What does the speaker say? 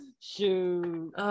shoot